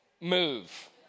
Move